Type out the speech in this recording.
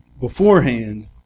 beforehand